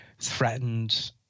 threatened